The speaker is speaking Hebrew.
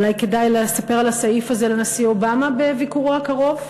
אולי כדאי לספר על הסעיף הזה לנשיא אובמה בביקורו הקרוב?